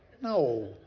No